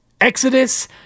exodus